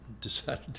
decided